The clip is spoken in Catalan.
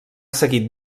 seguit